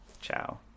Ciao